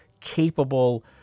capable